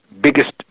biggest